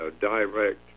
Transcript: direct